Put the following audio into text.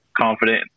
confident